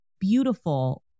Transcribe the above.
beautiful